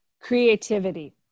Creativity